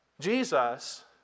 Jesus